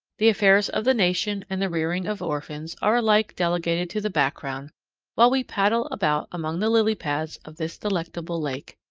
the affairs of the nation and the rearing of orphans are alike delegated to the background while we paddle about among the lily pads of this delectable lake.